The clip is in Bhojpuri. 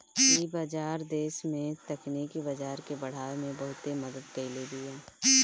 इ बाजार देस में तकनीकी बाजार के बढ़ावे में बहुते मदद कईले बिया